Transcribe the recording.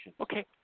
Okay